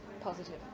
positive